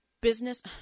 business –